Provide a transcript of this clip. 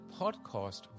podcast